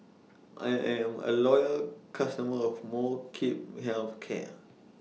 I Am A Loyal customer of Molnylcke Health Care